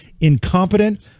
incompetent